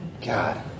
God